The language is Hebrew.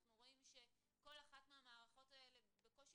אנחנו רואים שכל אחת מהמערכות האלה בקושי